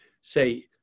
say